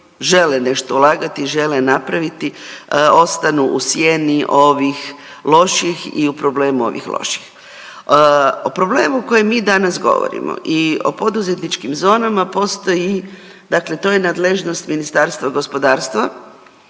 žele nešto ulagati i žele napraviti ostanu u sjeni ovih loših i u problemu ovih loših. O problemu o kojem mi danas govorimo o poduzetničkim zonama, dakle to je nadležnost Ministarstva gospodarstva,